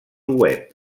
web